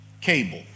cable